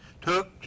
took